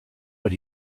what